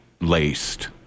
laced